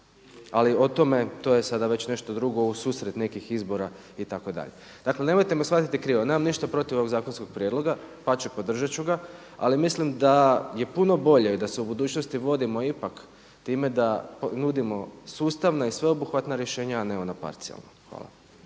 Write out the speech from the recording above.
ali o tome, to je sada već nešto drugo u susret nekih izbora itd. Dakle nemojte me shvatiti krivo, nemam ništa protiv ovog zakonskog prijedloga, dapače podržati ću ga ali mislim da je puno bolje da se u budućnosti vodimo ipak time da nudimo sustavna i sveobuhvatna rješenja a ne ona parcijalna. Hvala.